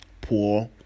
poor